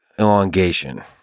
elongation